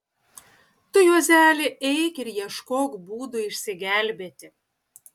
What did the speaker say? tu juozeli eik ir ieškok būdų išsigelbėti